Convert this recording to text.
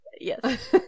yes